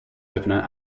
opener